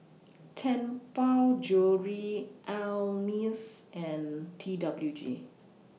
Tianpo Jewellery Ameltz and T W G